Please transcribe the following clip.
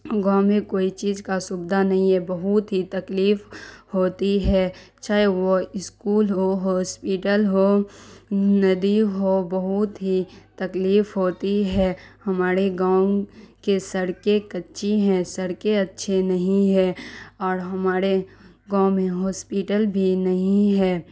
گاؤں میں کوئی چیز کا سبدھا نہیں ہے بہت ہی تکلیف ہوتی ہے چاہے وہ اسکول ہو ہاسپیٹل ہو ندی ہو بہت ہی تکلیف ہوتی ہے ہمارے گاؤں کے سڑکیں کچی ہیں سڑکیں اچھے نہیں ہے اور ہمارے گاؤں میں ہاسپیٹل بھی نہیں ہے